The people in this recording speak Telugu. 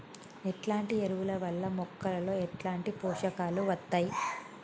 ఎట్లాంటి ఎరువుల వల్ల మొక్కలలో ఎట్లాంటి పోషకాలు వత్తయ్?